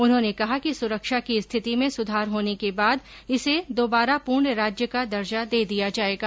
उन्होंने कहा कि सुरक्षा की स्थिति में सुधार होने के बाद इसे दोबारा पूर्ण राज्य का दर्जा दे दिया जायेगा